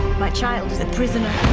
my child is a prisoner.